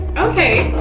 okay,